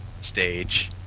stage